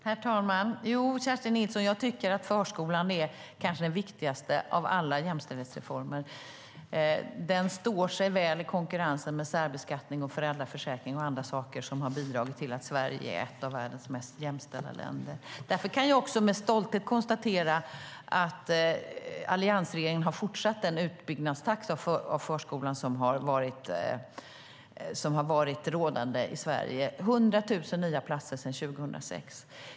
Herr talman! Jo, Kerstin Nilsson, jag tycker att förskolan är den kanske viktigaste av alla jämställdhetsreformer. Den står sig väl i konkurrensen med särbeskattning, föräldraförsäkring och andra saker som har bidragit till att Sverige är ett av världens mest jämställda länder. Därför kan jag också med stolthet konstatera att alliansregeringen har fortsatt den utbyggnadstakt av förskolorna som har varit rådande i Sverige. Det har blivit 100 000 nya platser sedan 2006.